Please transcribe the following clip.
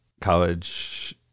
college